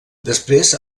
després